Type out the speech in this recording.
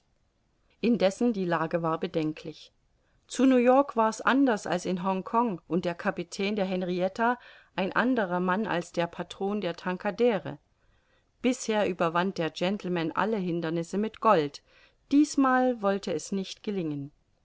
indessen die lage war bedenklich zu new-york war's anders als in hongkong und der kapitän der henrietta ein anderer mann als der patron der tankadere bisher überwand der gentleman alle hindernisse mit gold diesmal wollte es nicht gelingen